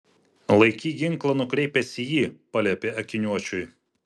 laikyk ginklą nukreipęs į jį paliepė akiniuočiui